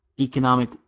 economic